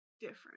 different